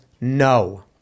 no